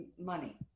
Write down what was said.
money